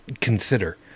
consider